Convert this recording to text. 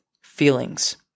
Feelings